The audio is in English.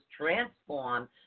transform